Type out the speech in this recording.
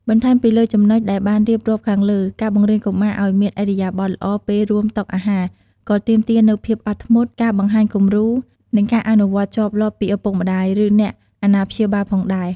បន្ថែមពីលើចំណុចដែលបានរៀបរាប់ខាងលើ ការបង្រៀនកុមារឲ្យមានឥរិយាបថល្អពេលរួមតុអាហារ ក៏ទាមទារនូវភាពអត់ធ្មត់ ការបង្ហាញគំរូ និងការអនុវត្តជាប់លាប់ពីឪពុកម្តាយ ឬអ្នកអាណាព្យាបាលផងដែរ។